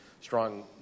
strong –